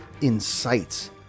incites